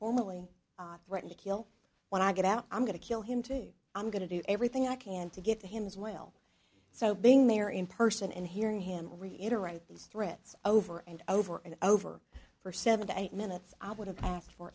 formally threaten to kill when i get out i'm going to kill him to i'm going to do everything i can to get to him as well so being there in person and hearing him reiterate these threats over and over and over for seven to eight minutes i would have asked for